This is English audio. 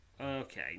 Okay